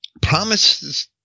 promises